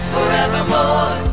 Forevermore